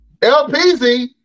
LPZ